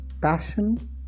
passion